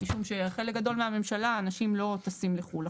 משום שחלק גדול מהממשלה אנשים לא טסים לחו"ל.